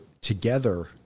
together